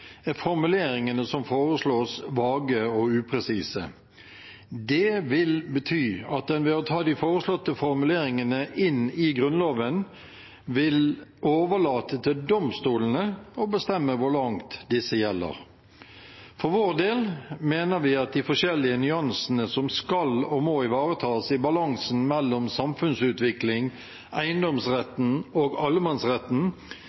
er formuleringene som foreslås, vage og upresise. Det vil bety at en ved å ta de foreslåtte formuleringene inn i Grunnloven, vil overlate til domstolene å bestemme hvor langt disse gjelder. For vår del mener vi at de forskjellige nyansene som skal og må ivaretas i balansen mellom samfunnsutvikling,